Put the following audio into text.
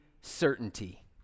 certainty